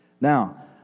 Now